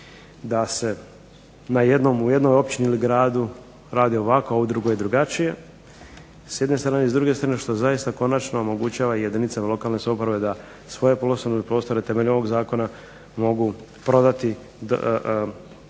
jednom, u jednoj općini ili gradu radi ovako, a u drugoj drugačije s jedne strane, i s druge strane što zaista konačno omogućava jedinicama lokalne samouprave da svoje poslovne prostore temeljem ovog zakona mogu prodati sadašnjim